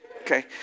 Okay